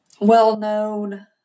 well-known